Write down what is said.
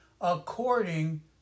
according